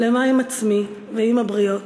שלמה עם עצמי ועם הבריות.